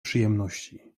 przyjemności